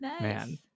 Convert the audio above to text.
man